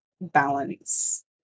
balance